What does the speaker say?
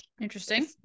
interesting